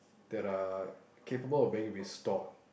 that are capable of being restored